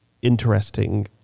interesting